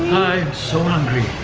so hungry!